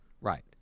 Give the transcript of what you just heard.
Right